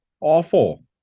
awful